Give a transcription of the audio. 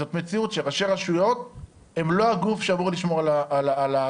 זאת מציאות שבה ראשי רשויות הם לא הגוף שאמור לשמור על הסביבה.